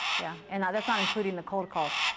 yeah and that's not including the cold calls.